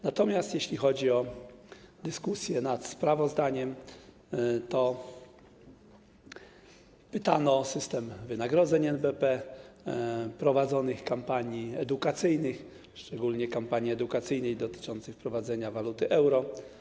Natomiast jeśli chodzi o dyskusję nad sprawozdaniem, to pytano o system wynagrodzeń w NBP, prowadzone kampanie edukacyjne, szczególnie kampanię edukacyjną dotyczącą wprowadzenia waluty euro.